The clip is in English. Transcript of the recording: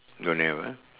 don't have ah